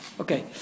Okay